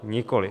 Nikoliv.